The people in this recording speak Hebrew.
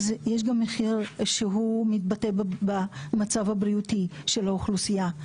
יש גם מחיר שהוא מתבטא גם במצב הבריאותי של האוכלוסייה.